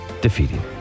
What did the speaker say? defeating